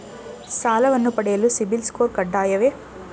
ಸಾಲವನ್ನು ಪಡೆಯಲು ಸಿಬಿಲ್ ಸ್ಕೋರ್ ಕಡ್ಡಾಯವೇ?